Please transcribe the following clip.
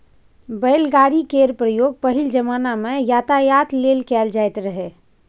बैलगाड़ी केर प्रयोग पहिल जमाना मे यातायात लेल कएल जाएत रहय